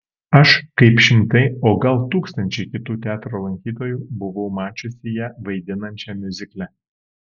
aš kaip šimtai o gal tūkstančiai kitų teatro lankytojų buvau mačiusi ją vaidinančią miuzikle